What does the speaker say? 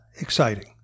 exciting